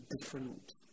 different